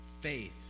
Faith